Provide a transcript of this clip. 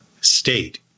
state